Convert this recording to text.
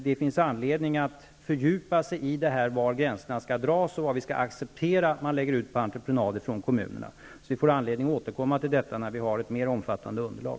Det finns anledning att fördjupa sig i frågan var gränserna skall dras och vad som är acceptabelt att lägga ut på entreprenad. Det finns anledning att återkomma till detta, när vi har ett mer omfattande underlag.